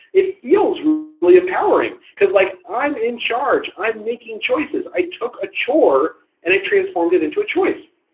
it feels really empowering, cause like i'm in charge, i'm making choices, i took a chore and i transformed it into a choice.